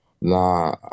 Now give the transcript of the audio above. Nah